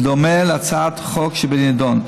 בדומה להצעת החוק שבנדון.